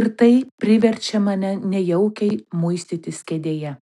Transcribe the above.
ir tai priverčia mane nejaukiai muistytis kėdėje